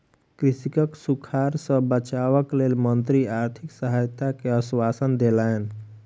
कृषकक सूखाड़ सॅ बचावक लेल मंत्री आर्थिक सहायता के आश्वासन देलैन